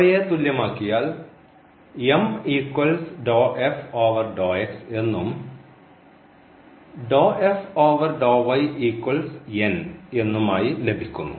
അവയെ തുല്യം ആക്കിയാൽ എന്നും എന്നും ആയി ലഭിക്കുന്നു